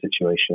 situation